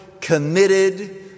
committed